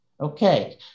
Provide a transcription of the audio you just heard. Okay